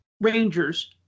Rangers